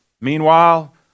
Meanwhile